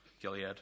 Gilead